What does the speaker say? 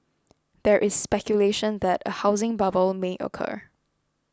there is speculation that a housing bubble may occur